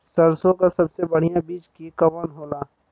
सरसों क सबसे बढ़िया बिज के कवन होला?